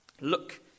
Look